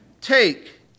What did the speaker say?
Take